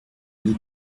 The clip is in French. nous